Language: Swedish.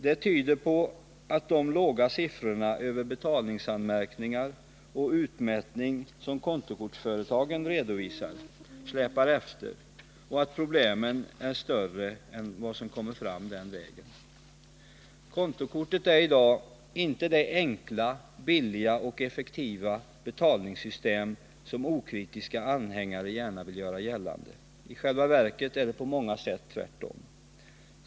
Det tyder på att de låga siffror över betalningsanmärkningar och utmätningar som kontokortsföretagen redovisar släpar efter och att problemen är större än vad som kommer fram den vägen. Kontokortet är i dag inte det enkla, billiga och effektiva betalningssystem som okritiska anhängare gärna vill göra gällande. I själva verket är det på många sätt tvärtom.